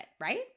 right